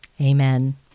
Amen